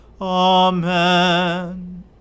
Amen